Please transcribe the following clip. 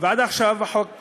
ועד עכשיו החוק נמצא,